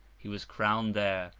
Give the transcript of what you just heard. he was crowned there,